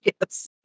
Yes